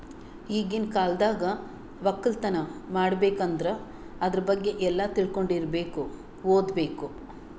ಈಗಿನ್ ಕಾಲ್ದಾಗ ವಕ್ಕಲತನ್ ಮಾಡ್ಬೇಕ್ ಅಂದ್ರ ಆದ್ರ ಬಗ್ಗೆ ಎಲ್ಲಾ ತಿಳ್ಕೊಂಡಿರಬೇಕು ಓದ್ಬೇಕು